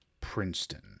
princeton